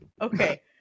Okay